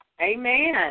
amen